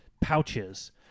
pouches